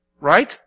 Right